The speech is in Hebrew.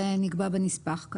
כך זה נקבע בנספח.